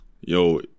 yo